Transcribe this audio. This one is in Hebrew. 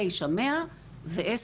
תשע היא 100,000 שקלים,